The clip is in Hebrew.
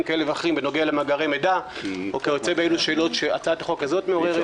כאלה ואחרים בנוגע למאגר ומידע ושאלות נוספות שהצעת החוק מעוררת.